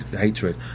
hatred